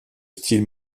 style